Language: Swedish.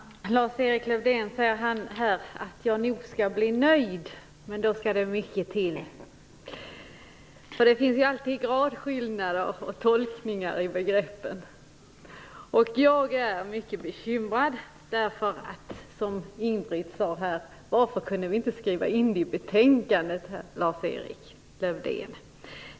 Herr talman! Lars-Erik Lövdén säger här att jag nog skall bli nöjd, men då skall det mycket till. Det finns ju alltid gradskillnader och tolkningar i begreppen. Jag är mycket bekymrad. Det är som Ingbritt Irhammar sade: Varför kunde vi inte skriva in det här i betänkandet, Lars-Erik Lövdén?